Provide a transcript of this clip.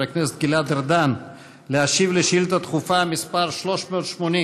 הכנסת גלעד ארדן להשיב על שאילתה דחופה מס' 380,